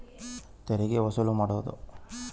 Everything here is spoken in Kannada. ತೆರಿಗೆ ವಸೂಲು ಮಾಡೋದು